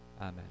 Amen